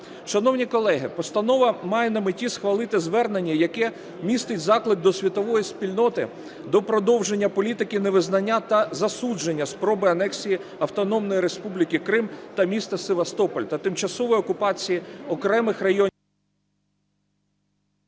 Шановні колеги, постанова має на меті схвалити звернення, яке містить заклик до світової спільноти до продовження політики невизнання та засудження спроби анексії Автономної Республіки Крим та міста Севастополь, та тимчасової окупації окремих районів…